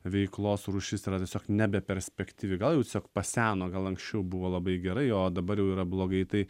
veiklos rūšis yra tiesiog nebeperspektyvi gal jau tiesiog paseno gal anksčiau buvo labai gerai o dabar jau yra blogai tai